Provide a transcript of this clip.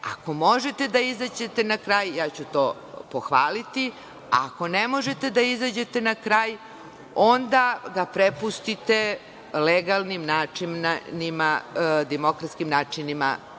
Ako možete da izađete na kraj, ja ću to pohvaliti, a ako ne možete da izađete na kraj, onda ga prepustite legalnim, demokratskim načinima